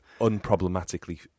unproblematically